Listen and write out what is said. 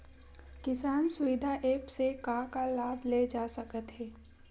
किसान सुविधा एप्प से का का लाभ ले जा सकत हे?